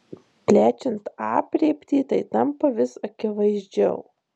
plečiant aprėptį tai tampa vis akivaizdžiau